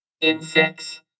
insects